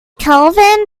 kelvin